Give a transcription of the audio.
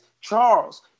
Charles